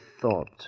thought